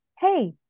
hey